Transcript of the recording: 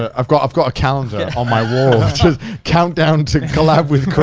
ah i've got i've got a calendar on my wall, just countdown to collab with chris.